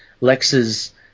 Lex's